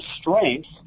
strength